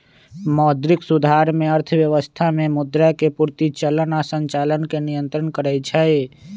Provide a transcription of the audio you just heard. मौद्रिक सुधार में अर्थव्यवस्था में मुद्रा के पूर्ति, चलन आऽ संचालन के नियन्त्रण करइ छइ